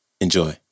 Enjoy